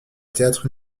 théâtre